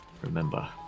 remember